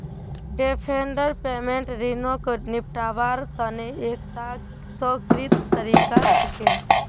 deferred payment ऋणक निपटव्वार तने एकता स्वीकृत तरीका छिके